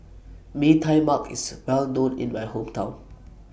Mee Tai Mak IS Well known in My Hometown